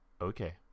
Okay